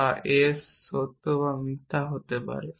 বা s সত্য বা মিথ্যা হতে পারে